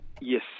Yes